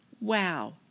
Wow